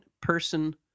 person